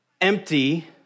empty